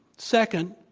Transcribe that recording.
second,